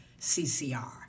CCR